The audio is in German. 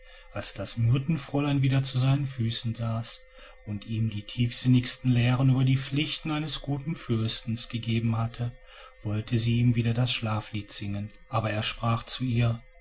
als das myrtenfräulein wieder zu seinen füßen saß und ihm die tiefsinnigsten lehren über die pflichten eines guten fürsten gegeben hatte wollte sie ihm wieder das schlaflied singen aber er sprach zu ihr